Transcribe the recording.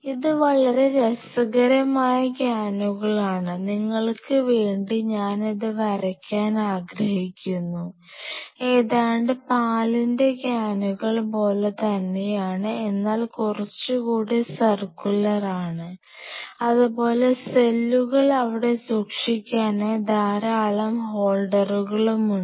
ഇത് വളരെ രസകരമായ ക്യാനുകളാണ് നിങ്ങൾക്ക് വേണ്ടി ഞാൻ ഇത് വരയ്ക്കാൻ ആഗ്രഹിക്കുന്നു ഏതാണ്ട് പാലിൻറെ ക്യാനുകൾ പോലെ തന്നെയാണ് എന്നാൽ കുറച്ചുകൂടി സർക്കുലറാണ് അതുപോലെ സെല്ലുകൾ അവിടെ സൂക്ഷിക്കാനായി ധാരാളം ഫോൾഡറുകളും ഉണ്ട്